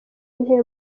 w’intebe